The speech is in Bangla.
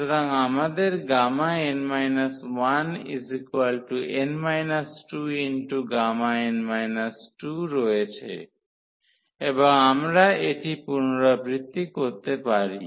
সুতরাং আমাদের n 1Γ রয়েছে এবং আমরা এটি পুনরাবৃত্তি করতে পারি